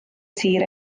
tir